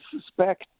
suspect